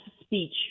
speech